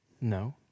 No